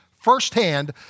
firsthand